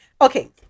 okay